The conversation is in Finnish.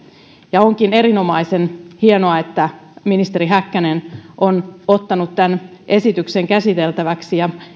ja onkin erinomaisen hienoa että ministeri häkkänen on ottanut tämän esityksen käsiteltäväksi